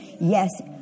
Yes